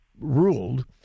ruled